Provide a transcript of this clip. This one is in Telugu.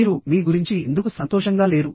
మీరు మీ గురించి ఎందుకు సంతోషంగా లేరు